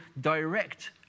direct